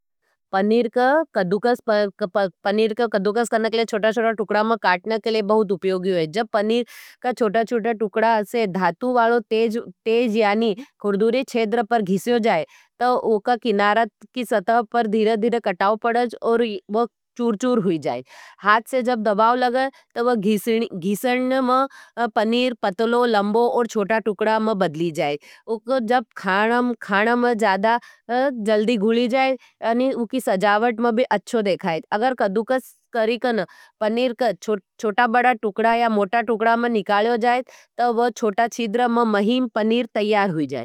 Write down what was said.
पनीर का कदुकस काने के लिए चोटा-चोटा टुकडा में काटने के लिए बहुत उप्योगी है। पनीर का चोटा-चोटा टुकडा से धातु वालो तेज यानी खुर्दूरी छेदर पर घिस्यो जाए, तो उका किनारत की सतव पर धीरदीर कटाओ पड़ाज और वो चूर-चूर हुई जाए। पनीर का चोटा-चोटा टुकडा से धातु वालो तेज यानी खुर्दूरी छेदर पर धीरदीर कटाओ पड़ाज और वो चूर-चूर हुई जाए। अगर कद्दूकस करी का ना अगर छोटा टुकड़ा में निकाली जाए तो वो छोटा टुकड़ा में महीन पनीर।